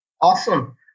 Awesome